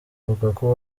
lukaku